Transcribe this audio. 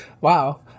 wow